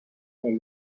est